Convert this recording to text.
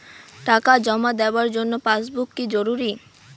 টাকা জমা দেবার সময় পাসবুক কি জরুরি?